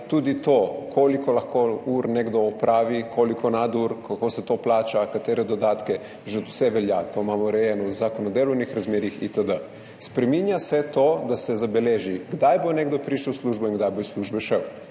tudi to, koliko ur lahko nekdo opravi, koliko nadur, kako se to plača, katere dodatke, vse že velja, to imamo urejeno v Zakonu o delovnih razmerjih in tako dalje. Spreminja se to, da se zabeleži, kdaj bo nekdo prišel v službo in kdaj bo iz službe šel,